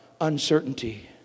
uncertainty